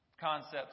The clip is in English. Concepts